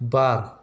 बार